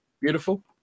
beautiful